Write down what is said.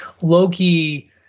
Loki